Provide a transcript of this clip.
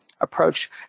approach